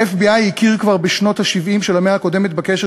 ה-FBI הכיר כבר בשנות ה-70 של המאה הקודמת בקשר